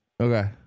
Okay